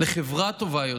לחברה טובה יותר.